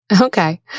Okay